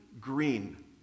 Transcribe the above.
green